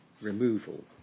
removal